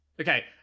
Okay